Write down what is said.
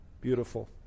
Beautiful